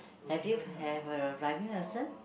have you have a driving license